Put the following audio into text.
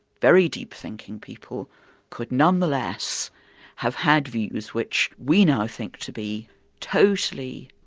very deep thinking people could nonetheless have had views which we now think to be totally,